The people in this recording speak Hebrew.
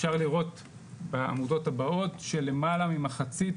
אפשר לראות בעמודות הבאות שלמעלה ממחצית